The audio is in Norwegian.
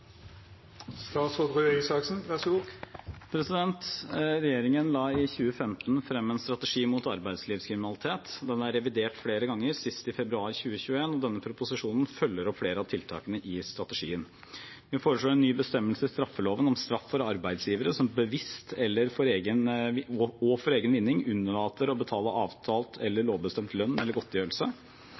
revidert flere ganger, sist i februar 2021. Denne proposisjonen følger opp flere av tiltakene i strategien. Vi foreslår en ny bestemmelse i straffeloven om straff for arbeidsgivere som bevisst og for egen vinning unnlater å betale avtalt eller lovbestemt lønn eller godtgjørelse.